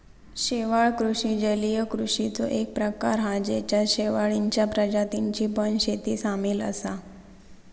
शेवाळ कृषि जलीय कृषिचो एक प्रकार हा जेच्यात शेवाळींच्या प्रजातींची पण शेती सामील असा